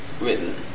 written